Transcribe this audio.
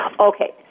Okay